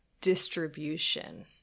distribution